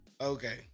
Okay